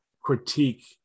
critique